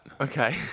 Okay